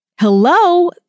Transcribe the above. Hello